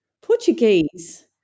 Portuguese